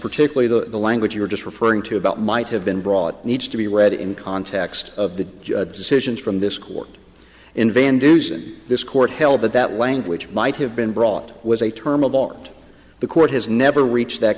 particularly the language you were just referring to about might have been brought needs to be read in context of the decisions from this court in van dusen this court held that that language might have been brought was a term of art the court has never reached that